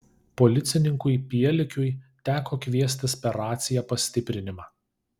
policininkui pielikiui teko kviestis per raciją pastiprinimą